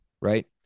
Right